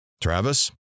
Travis